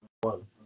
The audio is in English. one